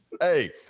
Hey